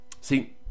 See